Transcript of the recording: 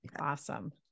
Awesome